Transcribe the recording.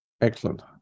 Excellent